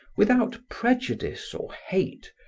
without prejudice or hate,